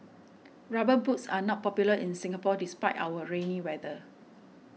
rubber boots are not popular in Singapore despite our rainy weather